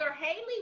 Haley